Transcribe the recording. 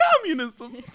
communism